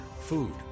food